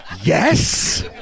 Yes